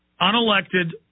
unelected